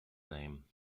name